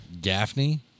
Gaffney